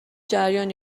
جریان